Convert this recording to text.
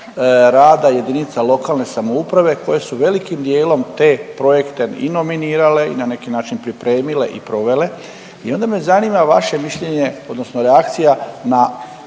jedinice lokalne samouprave koje su velikim dijelom te projekte i nominirale i na neki način pripremile i provele i onda me zanima vaše mišljenje odnosno reakcija na